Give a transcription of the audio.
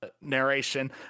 narration